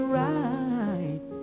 right